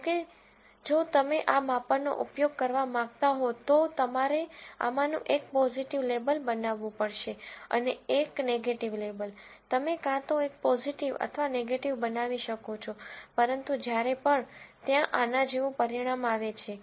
જો કે જો તમે આ માપનો નો ઉપયોગ કરવા માંગતા હો તો તમારે આમાંનું એક પોઝીટિવ લેબલ બનાવવું પડશે અને એક નેગેટીવ લેબલ તમે કાં તો એક પોઝીટિવ અથવા નેગેટીવ બનાવી શકો છો પરંતુ જ્યારે પણ ત્યાં આના જેવું પરિણામ આવે છે